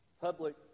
public